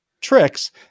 tricks